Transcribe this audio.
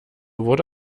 wurde